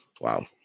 Wow